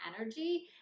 energy